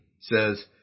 says